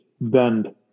bend